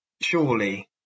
Surely